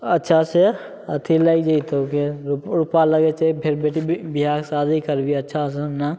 अच्छा से अथी लागि जइतौ रूपा लगै छै विवाह शादी करभी अच्छा सऽ